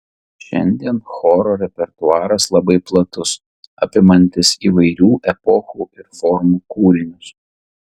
šiandien choro repertuaras labai platus apimantis įvairių epochų ir formų kūrinius